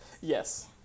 Yes